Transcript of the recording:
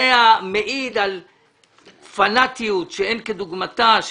זה מעיד על פנאטיות שאין כדוגמתה.